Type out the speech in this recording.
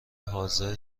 حاضر